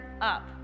UP